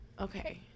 Okay